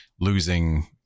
losing